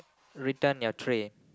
return your tray